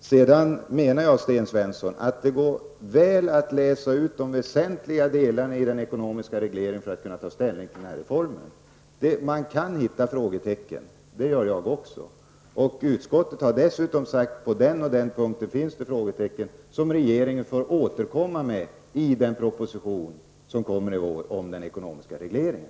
Sedan menar jag, Sten Svensson, att det går väl att läsa ut de väsentliga delarna i den ekonomiska regleringen för att kunna ta ställning till denna reform. Man kan hitta frågetecken. Det gör jag också. Utskottet har dessutom sagt att på den och den punkten finns frågetecken som regeringen får återkomma till i den proposition som kommer i vår om den ekonomiska regleringen.